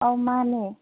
ꯑꯧ ꯃꯥꯅꯦ